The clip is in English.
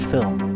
Film